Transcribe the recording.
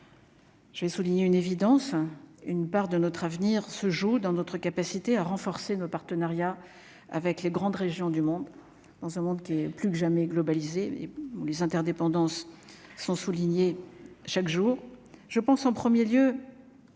Je vais souligner une évidence, une part de notre avenir se joue dans notre capacité à renforcer nos partenariats avec les grandes régions du monde dans un monde qui est plus que jamais globalisé, où les interdépendances sont soulignés, chaque jour, je pense en 1er lieu